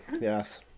Yes